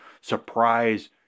surprise